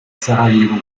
sarajevo